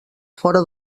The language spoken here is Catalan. fora